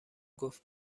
گفت